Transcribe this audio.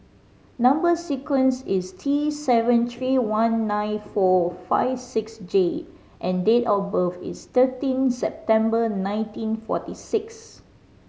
number sequence is T seven three one nine four five six J and date of birth is thirteen September nineteen forty six